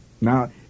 Now